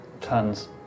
Tons